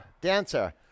Dancer